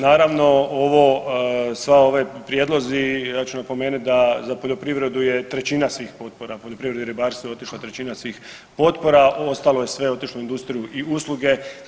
Naravno ovo sva ove prijedlozi, ja ću napomenuti da za poljoprivredu je trećina svih potpora, poljoprivredu i ribarstvo je otišla većina svih potpora, ostalo je sve otišlo u industriju i usluge.